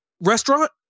restaurant